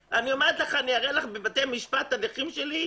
בבתי משפט, הנכים שלי,